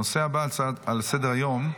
הנושא הבא על סדר-היום --- רגע,